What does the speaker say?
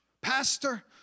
pastor